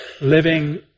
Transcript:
living